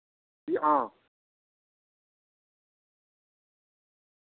जी हां